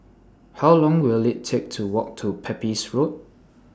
How Long Will IT Take to Walk to Pepys Road